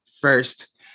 first